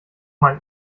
mann